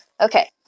Okay